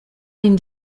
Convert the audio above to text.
den